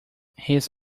his